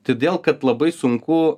todėl kad labai sunku